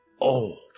old